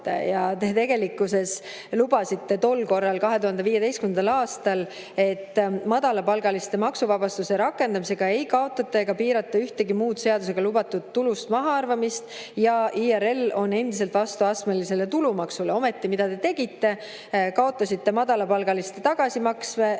lubasite. Tegelikkuses lubasite tol korral, 2015. aastal, et madalapalgaliste maksuvabastuse rakendamisega ei kaotata ega piirata ühtegi muud seadusega lubatud tulust mahaarvamist ja et IRL on endiselt vastu astmelisele tulumaksule. Ometi, mida te tegite? Kaotasite madalapalgaliste tagasimakse,